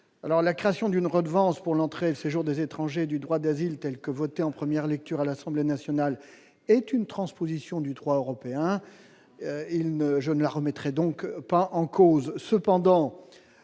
la création d'une redevance pour l'entrée, séjour des étrangers et du droit d'asile, telle que votée en première lecture à l'Assemblée nationale est une transposition du droit européen, il ne la remettrait donc pas en cause